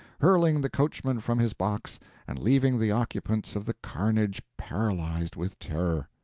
hurling the coachman from his box and leaving the occupants of the carnage paralyzed with terror.